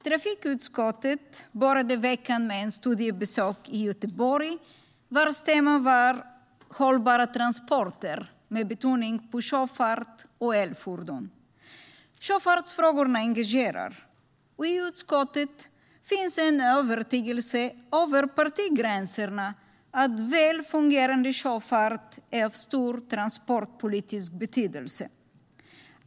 Trafikutskottet började veckan med ett studiebesök i Göteborg - temat var hållbara transporter, med betoning på sjöfart och elfordon. Sjöfartsfrågorna engagerar, och i utskottet finns en övertygelse över partigränserna om att en väl fungerande sjöfart är av stor transportpolitisk betydelse.